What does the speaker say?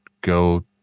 go